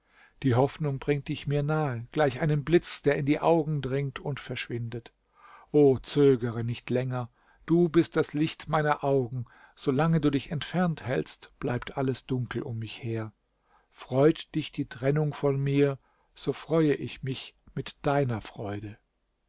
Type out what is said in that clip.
die hoffnung bringt dich mir nahe gleich einem blitz der in die augen dringt und verschwindet o zögere nicht länger du bist das licht meiner augen so lange du dich entfernt hältst bleibt alles dunkel um mich her freut dich die trennung von mir so freue ich mich mit deiner freude